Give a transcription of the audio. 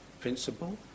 principle